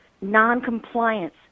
noncompliance